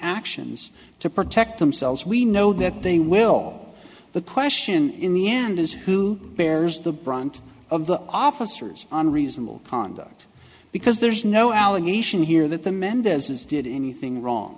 actions to protect themselves we know that they will the question in the end is who bears the brunt of the officers on reasonable conduct because there's no allegation here that the mendez is did anything wrong